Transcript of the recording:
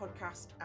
podcast